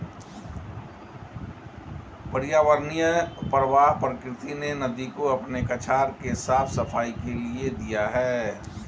पर्यावरणीय प्रवाह प्रकृति ने नदी को अपने कछार के साफ़ सफाई के लिए दिया है